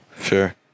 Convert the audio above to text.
Sure